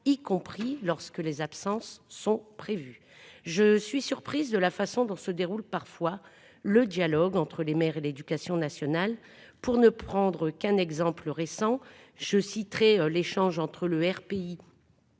y compris lorsque les absences sont prévues. Je suis surprise de la façon dont se déroule parfois le dialogue entre les maires et l'éducation nationale, pour ne prendre qu'un exemple récent, je citerai l'échange entre le RPI.